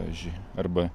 pavyzdžiui arba